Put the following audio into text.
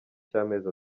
cy’amezi